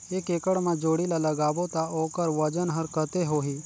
एक एकड़ मा जोणी ला लगाबो ता ओकर वजन हर कते होही?